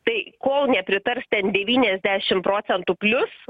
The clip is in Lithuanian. tai kol nepritars ten devyniasdešim procentų plius